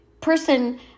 person